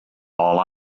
all